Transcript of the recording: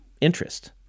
interest